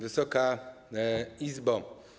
Wysoka Izbo!